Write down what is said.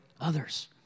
others